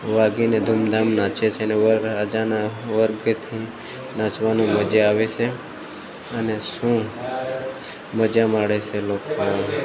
વાગીને ધૂમધામ નાચે છે ને વરરાજાના વર કેટલું નાચવાનું મજા આવે છે અને શું મજા માણે છે લોકો